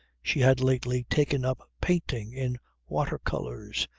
she had lately taken up painting in water-colours,